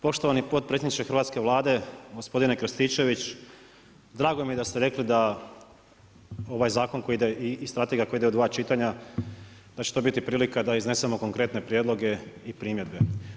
Poštovani potpredsjedniče hrvatske Vlade, gospodine Krstičević, drago mi je da ste rekli da ovaj zakon koji ide i strategija koja ide u sva čitanja, da će to biti prilika da iznesemo konkretne prijedloge i primjedbe.